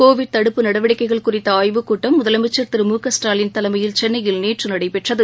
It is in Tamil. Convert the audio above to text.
கோவிட் தடுப்பு நடவடிக்கைகள் குறித்தஆய்வுக்கூட்டம் முதலமைச்சர் திரு மு க ஸ்டாலின் தலைமையில் சென்னையில் நேற்றுநடைபெற்றது